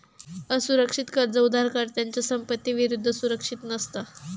असुरक्षित कर्ज उधारकर्त्याच्या संपत्ती विरुद्ध सुरक्षित नसता